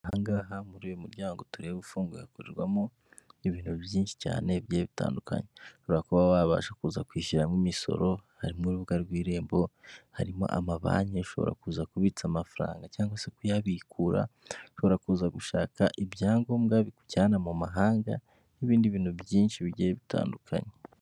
Aha ngaha muri uyu muryango tureba ufunguwe, hakorerwamo ibintu byinshi cyane bigiye bitandukanye. Ushobora kuba wabasha kuza kwishyuriramo imisoro, harimo urubuga rw'irembo, harimo amabanki ushobora kuza kubitsa amafaranga cyangwa se kuyabikura, ushobora kuza gushaka ibyangombwa bikujyana mu mahanga n'ibindi bintu byinshi bigiye bitandukanye.